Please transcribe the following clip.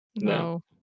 No